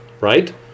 right